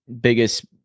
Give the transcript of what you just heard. biggest